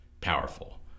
powerful